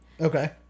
Okay